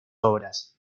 obras